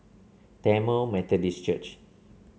Tamil Methodist Church